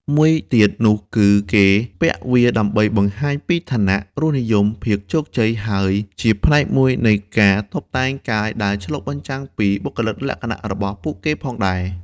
មួយទៀតនោះគឺគេពាក់វាដើម្បីបង្ហាញពី ឋានៈ រសនិយម ភាពជោគជ័យ ហើយ ជាផ្នែកមួយនៃការតុបតែងកាយដែលឆ្លុះបញ្ចាំងពីបុគ្គលិកលក្ខណៈរបស់ពួកគេផងដែរ។